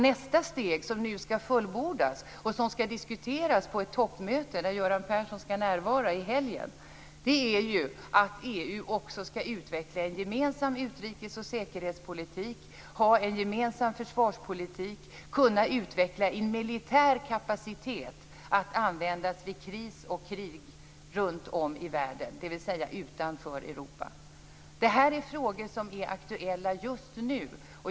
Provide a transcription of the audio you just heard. Nästa steg, som nu skall fullbordas, och som skall diskuteras på ett toppmöte där Göran Persson skall närvara i helgen, är att EU också skall utveckla en gemensam utrikes och säkerhetspolitik, ha en gemensam försvarspolitik, kunna utveckla en militär kapacitet att användas vid kris och krig runtom i världen, dvs. utanför Europa. Det här är frågor som är aktuella just nu.